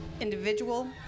individual